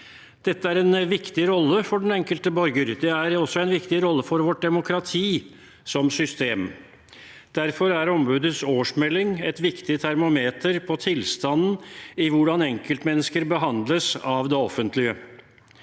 Dette er en viktig rolle for den enkelte borger. Det er også en viktig rolle for vårt demokrati som system. Derfor er ombudets årsmelding et viktig barometer på tilstanden med tanke på hvordan enkeltmennesker behandles av det offentlige.